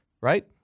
right